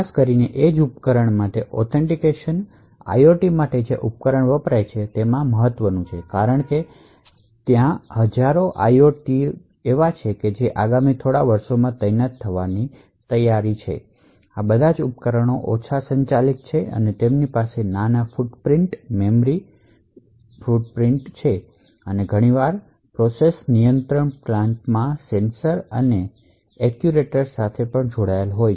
ખાસ કરીને એજ ઉપકરણ જે ઉપકરણો IOT માટે વપરાય છે તેને માટે ઓથેન્ટિકેશન તે ખૂબ મહત્વનું છે તેનું કારણ એ છે કે હજારો IOT જેવા છે જે આગામી થોડા વર્ષોમાં તૈનાત થવાના છે આ બધા ઉપકરણો ઓછા પાવરથી સંચાલિત છે તેમની પાસે નાના ફુટપ્રિન્ટ્સ મેમરી ફુટપ્રિન્ટ્સ છે અને ઘણીવાર પ્રોસેસ નિયંત્રણ પ્લાન્ટમાં સેન્સર અને એક્ટ્યુએટર્સ સાથે જોડાયેલા છે